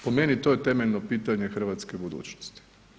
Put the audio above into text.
Po meni to je temeljeno pitanje hrvatske budućnosti.